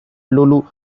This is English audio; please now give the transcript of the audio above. lulu